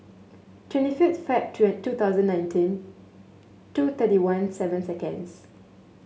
twenty fifth Feb two two thousand nineteen two thirty one seven seconds